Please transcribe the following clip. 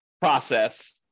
process